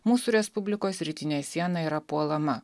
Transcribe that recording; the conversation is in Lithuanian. mūsų respublikos rytinė siena yra puolama